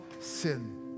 sin